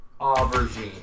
Aubergine